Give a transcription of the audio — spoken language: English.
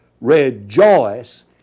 Rejoice